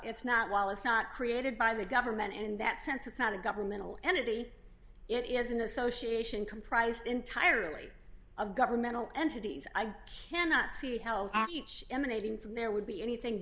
it's not while it's not created by the government in that sense it's not a governmental entity it is an association comprised entirely of governmental entities i cannot see how at each emanating from there would be anything